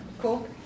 Cool